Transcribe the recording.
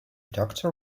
doctor